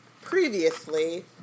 previously